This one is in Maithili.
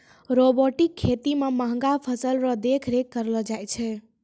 रोबोटिक खेती मे महंगा फसल रो देख रेख करलो जाय छै